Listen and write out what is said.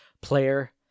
player